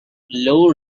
low